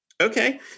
Okay